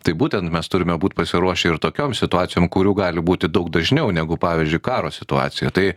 tai būtent mes turime būt pasiruošę ir tokiom situacijom kurių gali būti daug dažniau negu pavyzdžiui karo situacija tai